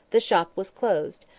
the shop was closed,